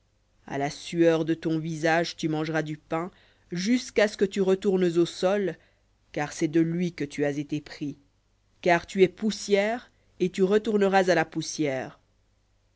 à la sueur de ton visage tu mangeras du pain jusqu'à ce que tu retournes au sol car c'est de lui que tu as été pris car tu es poussière et tu retourneras à la poussière